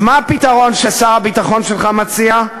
אז מה הפתרון ששר הביטחון שלך מציע?